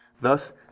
Thus